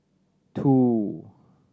two